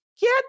Get